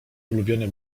ulubiony